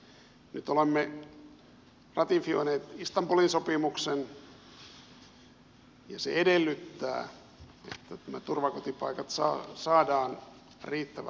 nyt olemme ratifioineet istanbulin sopimuksen ja se edellyttää että nämä turvakotipaikat saadaan riittävälle tasolle